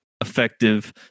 effective